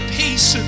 peace